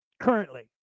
currently